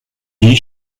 die